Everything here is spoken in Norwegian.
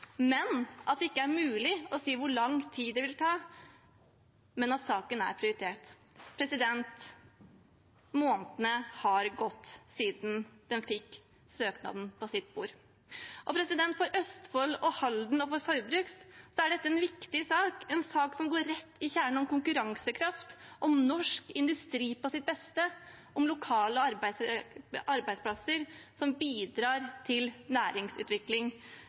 men at det ikke er mulig å si hvor lang tid det vil ta – men at saken er prioritert. Månedene har gått siden de fikk søknaden på sitt bord. For Østfold, for Halden og for Saugbrugs er dette en viktig sak, en sak som går rett til kjernen om konkurransekraft, om norsk industri på sitt beste, om lokale arbeidsplasser som bidrar til næringsutvikling.